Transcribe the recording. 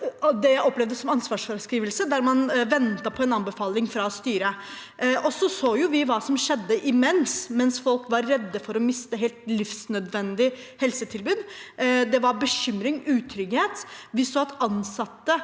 det – det opplevdes også som en ansvarsfraskrivelse, der man ventet på en anbefaling fra styret. Vi så hva som skjedde samtidig, mens folk var redde for å miste helt livsnødvendige helsetilbud. Det var bekymring og utrygghet. Vi så at ansatte